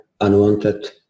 Unwanted